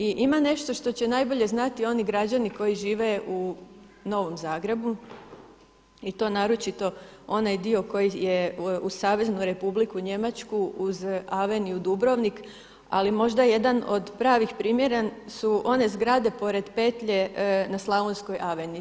Ima nešto što će najbolje znati oni građani koji žive u Novom Zagrebu i to naročito onaj dio koji je uz Saveznu Republiku Njemačku, uz Aveniju Dubrovnik, ali možda jedan od pravih primjera su one zgrade pored petlje na Slavonskoj aveniji.